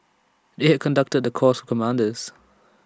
they had conducted the course commanders